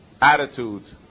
attitude